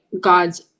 God's